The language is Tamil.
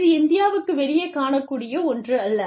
இது இந்தியாவுக்கு வெளியே காணக்கூடிய ஒன்றல்ல